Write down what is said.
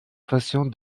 patient